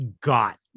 got